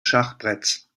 schachbretts